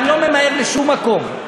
אני לא ממהר לשום מקום.